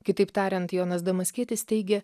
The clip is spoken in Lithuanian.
kitaip tariant jonas damaskietis teigia